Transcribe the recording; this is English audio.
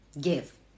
Give